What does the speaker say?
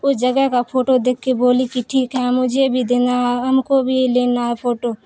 اس جگہ کا فوٹو دیکھ کے بولی کہ ٹھیک ہے مجھے بھی دینا ہم کو بھی لینا ہے فوٹو